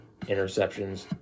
interceptions